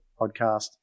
podcast